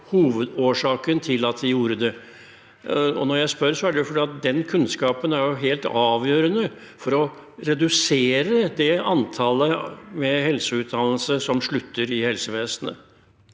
hovedårsaken til at de gjorde det? Når jeg spør, er det fordi den kunnskapen er helt avgjørende for å redusere antallet med helseutdannelse som slutter i helsevesenet.